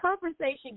conversation